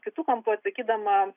kitu kampu atsakydama